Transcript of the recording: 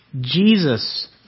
Jesus